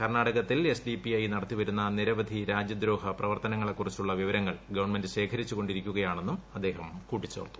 കർണാടകത്തിൽ എസ്സ്ഡിപിഐ നടത്തിവരുന്ന നിരവധി രാജ്യദ്രോഹ പ്രവർത്തനങ്ങളെക്കുറിച്ചുള്ള വിവരങ്ങൾ ഗവൺമെന്റ് ശേഖരിച്ചു കൊണ്ടിരിക്കുകയാണെന്നും അദ്ദേഹം കൂട്ടി ചേർത്തു